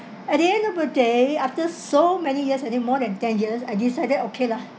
at the end of a day after so many years already more than ten years I decided okay lah